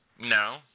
No